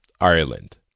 ireland